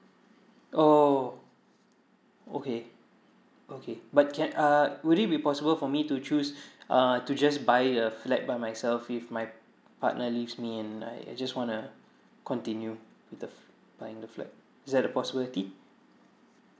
oh okay okay but can uh would it be possible for me to choose uh to just buy a flat by myself if my partner leaves me and I I just wanna continue with the f~ buying the flat is there a possibility